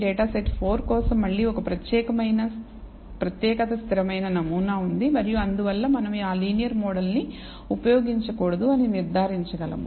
data set 4 కోసం మళ్ళీ ఒక ప్రత్యేకత స్థిరమైన నమూనా ఉంది మరియు అందువల్ల మనము ఆ లీనియర్ మోడల్ ఉపయోగించకూడదు అని నిర్ధారించగలము